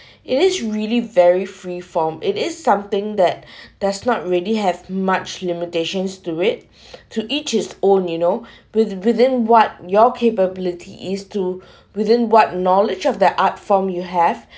it is really very free form it is something that does not really have much limitations to it to each his own you know with~ within what your capability is to within what knowledge of the art form you have